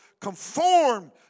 conformed